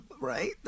right